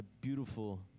beautiful